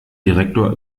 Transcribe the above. direktor